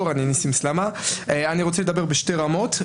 רק במשטר נשיאותי ורק בין שלוש רשויות שהן